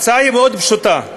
ההצעה היא פשוטה מאוד: